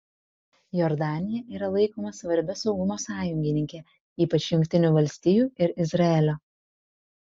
jordanija yra laikoma svarbia saugumo sąjungininke ypač jungtinių valstijų ir izraelio